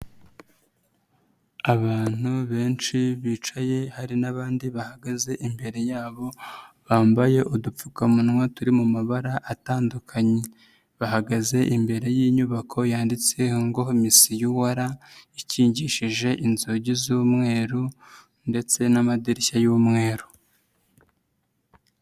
Abantu benshi bicaye hari n'abandi bahagaze imbere yabo bambaye udupfukamunwa turi mu mabara atandukanye, bahagaze imbere y'inyubako yanditseho ngo MIS/UR ikigishije inzugi z'umweru ndetse n'amadirishya y'umweru.